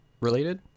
related